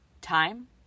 time